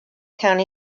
county